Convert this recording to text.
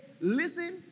listen